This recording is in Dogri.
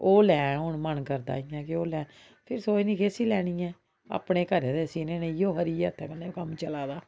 ओह् लैं हून मन करदा केि ओह् लेआं फ्ही सोचनी कैह्सी लैनी ऐ अपने घरै दे सीने न इ'यै खरी ऐ हत्थै कन्नै बी कम्म चला दा